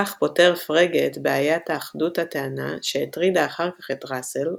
כך פותר פרגה את בעיית אחדות הטענה שהטרידה אחר כך את ראסל,